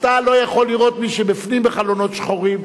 אתה לא יכול לראות מי שבפנים בחלונות שחורים.